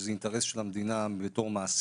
שזה אינטרס של המדינה בתור מעסיק,